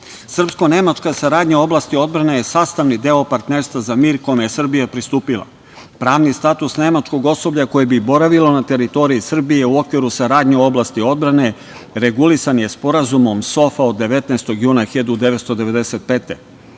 Srpsko-nemačka saradnja u oblasti odbrane je sastavni deo Partnerstva za mir kome je Srbija pristupila. Pravni status nemačkog osoblja koje bi boravilo na teritoriji Srbije u okviru saradnje u oblasti odbrane regulisan je Sporazumom SOFA od 19. juna 1995.